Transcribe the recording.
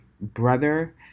brother